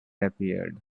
appeared